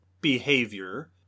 behavior